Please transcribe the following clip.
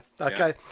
Okay